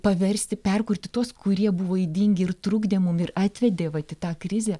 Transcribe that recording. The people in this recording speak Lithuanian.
paversti perkurti tuos kurie buvo ydingi ir trukdė mum ir atvedė vat į tą krizę